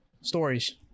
stories